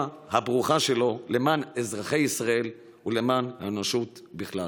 הברוכה שלו למען אזרחי ישראל ולמען האנושות בכלל.